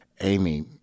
Amy